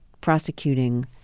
prosecuting